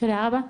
תודה רבה.